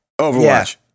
overwatch